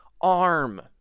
arm